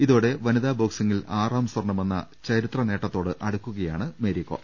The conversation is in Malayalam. ഇതോടെ വനിതാ ബോക്സിംഗിൽ ആറാം സ്വർണമെന്ന ചരിത്ര നേട്ടത്തോടടുക്കുകയാണ് മേരികോം